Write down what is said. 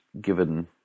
given